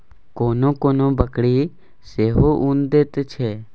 कोनो कोनो बकरी सेहो उन दैत छै